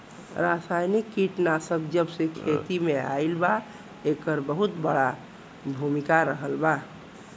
रासायनिक कीटनाशक जबसे खेती में आईल बा येकर बहुत बड़ा भूमिका रहलबा